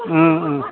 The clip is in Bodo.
ओं ओं